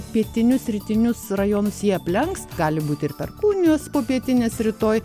pietinius rytinius rajonus jie aplenks gali būti ir perkūnijos popietinės rytoj